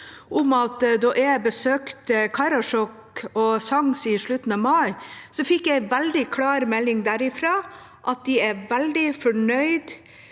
da jeg besøkte Karasjok og SANKS i slutten av mai, fikk jeg veldig klar melding derifra om at de er veldig fornøyd